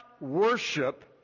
worship